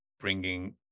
bringing